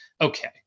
okay